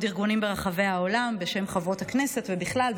ארגונים ברחבי העולם בשם חברות הכנסת ובכלל,